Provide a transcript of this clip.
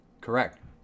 Correct